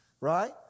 right